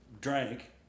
drank